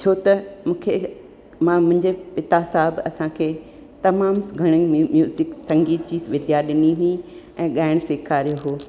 छो त मूंखे मां मुंहिंजे पिता साहिबु असांखे तमामु घणेई म्यूज़िक संगीत जी विद्या ॾिनी हुई ऐं ॻाइण सेखारियो हुओ